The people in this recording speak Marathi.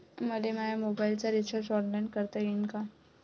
मले माया मोबाईलचा रिचार्ज ऑनलाईन करता येईन का?